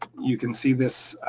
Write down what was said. you can see this,